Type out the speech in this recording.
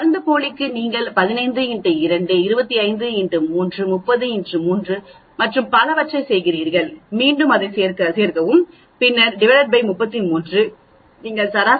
மருந்துப்போலிக்கு நீங்கள் 15 x 2 25 x 3 30 x 3 மற்றும் பலவற்றைச் செய்கிறீர்கள் மீண்டும் அதைச் சேர்க்கவும் பின்னர் ÷ 33 நீங்கள் சராசரியை 43